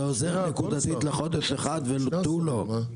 זה עוזר נקודתית לחודש אחד וטו לא.